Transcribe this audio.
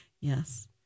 Yes